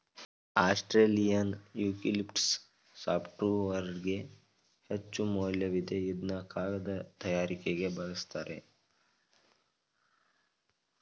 Australian eucalyptus ಸಾಫ್ಟ್ವುಡ್ಗೆ ಹೆಚ್ಚುಮೌಲ್ಯವಿದೆ ಇದ್ನ ಕಾಗದ ತಯಾರಿಕೆಗೆ ಬಲುಸ್ತರೆ